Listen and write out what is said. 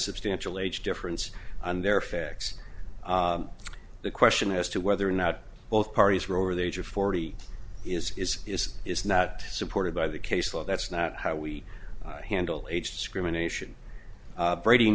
substantial age difference on their facts the question as to whether or not both parties were over the age of forty is is is is not supported by the case law that's not how we handle age discrimination braiding